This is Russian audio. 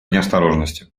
неосторожности